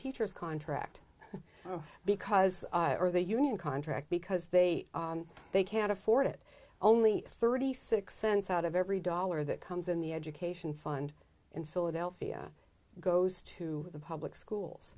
teachers contract because of the union contract because they they can't afford it only thirty six cents out of every dollar that comes in the education fund in philadelphia goes to the public schools